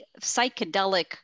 psychedelic